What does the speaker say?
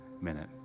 minute